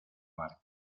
barca